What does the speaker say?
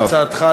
והצעתך?